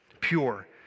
pure